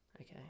Okay